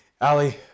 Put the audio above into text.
Ali